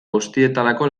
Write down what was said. guztietarako